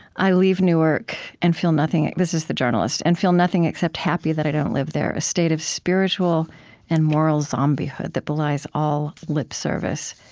i leave newark and feel nothing this is the journalist and feel nothing except happy that i don't live there a state of spiritual and moral zombiehood that belies all lip service,